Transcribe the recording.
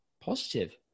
positive